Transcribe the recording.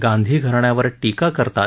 गांधी घराण्यावर टीका करतात